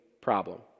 problem